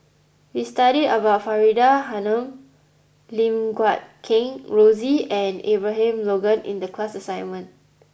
we studied about Faridah Hanum Lim Guat Kheng Rosie and Abraham Logan in the class assignment